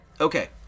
Okay